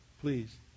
Please